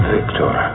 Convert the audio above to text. Victor